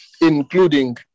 including